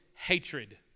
Hatred